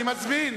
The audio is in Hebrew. אני מזמין